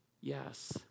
Yes